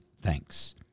Thanks